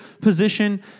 position